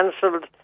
cancelled